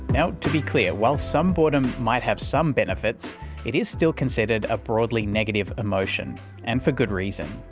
now, to be clear, while some boredom might have some benefits it is still considered a broadly negative emotion and for good reason.